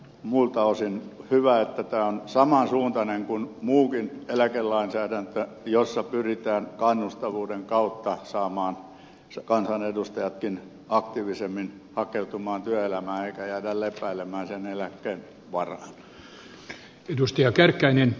muilta osin on hyvä että tämä on saman suuntainen kuin muukin eläkelainsäädäntö ja tässä pyritään kannustavuuden kautta saamaan kansanedustajatkin aktiivisemmin hakeutumaan työelämään eikä jäämään lepäilemään sen eläkkeen varaan